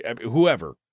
whoever